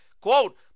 Quote